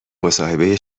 مصاحبه